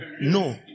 No